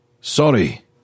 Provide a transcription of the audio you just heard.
Sorry